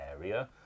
area